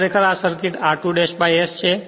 ખરેખર આ circuit r2 ' s છે